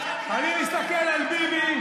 אני מסתכל על ביבי,